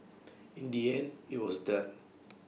in the end IT was done